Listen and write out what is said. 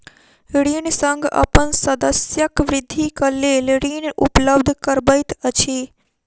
ऋण संघ अपन सदस्यक वृद्धिक लेल ऋण उपलब्ध करबैत अछि